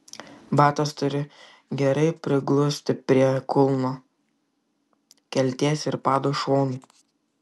batas turi gerai priglusti prie kulno kelties ir pado šonų